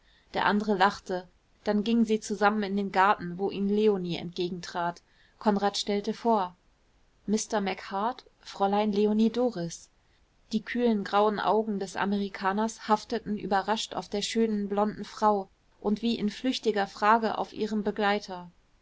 der andere lachte dann gingen sie zusammen in den garten wo ihnen leonie entgegentrat konrad stellte vor mr macheart fräulein leonie doris die kühlen grauen augen des amerikaners hafteten überrascht auf der schönen blonden frau und wie in flüchtiger frage auf ihrem begleiter